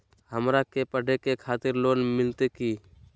हमरा के पढ़े के खातिर लोन मिलते की?